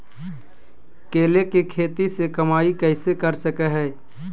केले के खेती से कमाई कैसे कर सकय हयय?